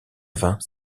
vingt